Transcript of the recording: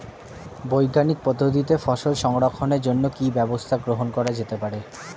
বৈজ্ঞানিক পদ্ধতিতে ফসল সংরক্ষণের জন্য কি ব্যবস্থা গ্রহণ করা যেতে পারে?